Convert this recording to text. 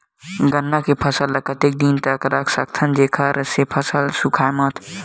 गन्ना के फसल ल कतेक दिन तक रख सकथव जेखर से फसल सूखाय मत?